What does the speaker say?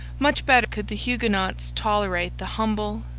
much better could the huguenots tolerate the humble,